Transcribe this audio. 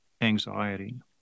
anxiety